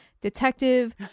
detective